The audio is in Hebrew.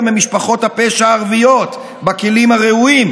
במשפחות הפשע הערביות בכלים הראויים,